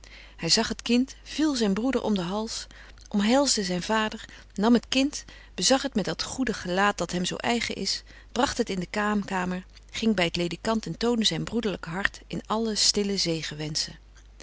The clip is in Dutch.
hy zag het kind viel zyn broeder om den hals omhelsde zyn vader nam het kind bezag het met dat goedig gelaat dat hem zo eigen is bragt het in de kraamkamer ging by t ledikant en toonde zyn broederlyk hart in stille